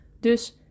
Dus